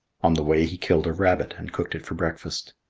on the way he killed a rabbit and cooked it for breakfast.